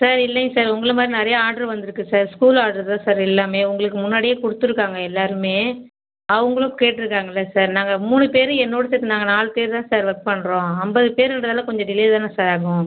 sir இல்லைங்க sir உங்களை மாதிரி நிறைய ஆட்ரு வந்திருக்கு சார் ஸ்கூல் ஆட்ரு தான் சார் எல்லாம் உங்களுக்கு முன்னாடியே கொடுத்துருக்காங்க எல்லோருமே அவங்களும் கேட்டுருக்காங்கள சார் நாங்கள் மூணு பேர் என்னோடு சேர்த்து நாங்கள் நாலு பேர் தான் சார் ஒர்க் பண்ணுறோம் அம்பது பேருன்றதால் கொஞ்சம் டிலே தானே சார் ஆகும்